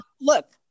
look